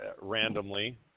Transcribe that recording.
Randomly